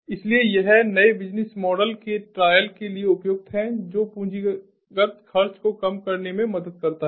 इसलिए यह नए बिज़नेस मॉडल के ट्रायल के लिए उपयुक्त है जो पूंजीगत खर्च को कम करने में मदद करता है